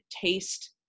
taste